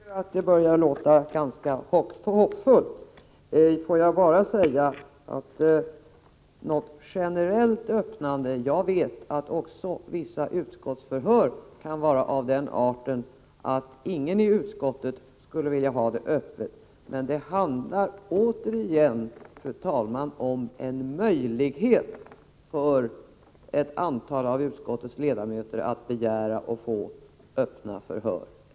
Fru talman! Jag tycker att det börjar låta ganska hoppfullt. Får jag bara säga beträffande generellt öppna utskottsutfrågningar att jag vet att också vissa utskottsförhör kan vara av den arten att ingen i utskottet skulle vilja ha öppna förhör. Återigen, fru talman: Det handlar om en möjlighet för ett antal av utskottets ledamöter att begära att få öppna förhör.